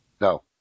No